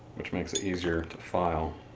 which makes it easier to file.